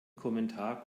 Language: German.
kommentar